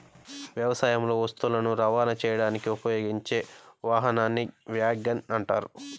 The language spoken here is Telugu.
వ్యవసాయంలో వస్తువులను రవాణా చేయడానికి ఉపయోగించే వాహనాన్ని వ్యాగన్ అంటారు